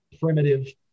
primitive